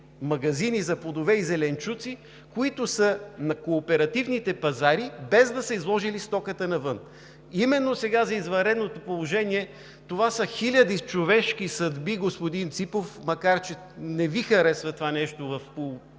магазини за плодове и зеленчуци, които са на кооперативните пазари, без да са изложили стоката си навън. Именно сега за извънредното положение, това са хиляди човешки съдби, господин Ципов, макар че не Ви харесва това нещо – по